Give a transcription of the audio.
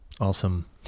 Awesome